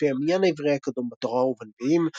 על פי המניין העברי הקדום בתורה ובנביאים,